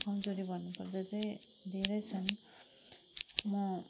कमजोरी भन्नुपर्दा चाहिँ धेरै छन् म